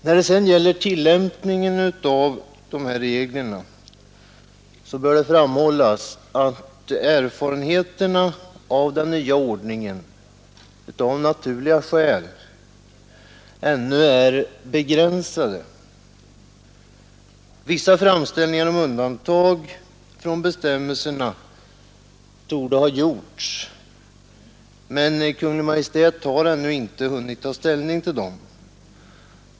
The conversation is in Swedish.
När det sedan gäller tillämpningen av dessa regler bör det framhållas att erfarenheterna av den nya ordningen av naturliga skäl ännu är begränsade. Vissa framställningar om undantag för bestämmelserna torde ha gjorts, men Kungl. Maj:t har ännu inte hunnit ta ställning till dem.